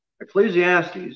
ecclesiastes